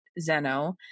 Zeno